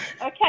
Okay